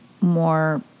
more